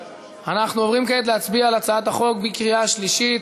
אנחנו עוברים כעת להצביע על הצעת החוק בקריאה שלישית.